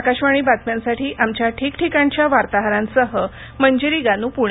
आकाशवाणी बातम्यांसाठी आमच्या ठीकठिकाणच्या वार्ताहरांसह मंजिरी गानू पुणे